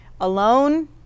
alone